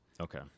okay